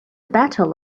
battle